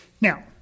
Now